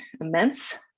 immense